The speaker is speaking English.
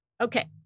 Okay